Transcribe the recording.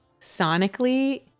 Sonically